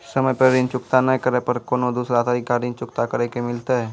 समय पर ऋण चुकता नै करे पर कोनो दूसरा तरीका ऋण चुकता करे के मिलतै?